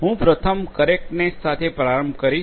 હું પ્રથમ કરેક્ટનેસ સાથે પ્રારંભ કરીશ